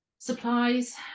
Supplies